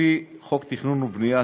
לפי חוק התכנון והבנייה,